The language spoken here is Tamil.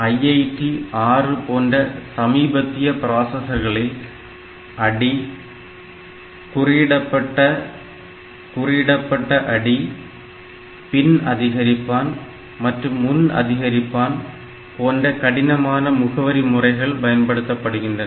IIT6 போன்ற சமீபத்திபத்திய ப்ராசசர்களில் அடி குறியிடப்பட்ட குறியிடப்பட்ட அடி பின் அதிகரிப்பான் மற்றும் முன் அதிகரிப்பான் போன்ற கடினமான முகவரி முறைகள் பயன்படுத்தப்படுகின்றன